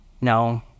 no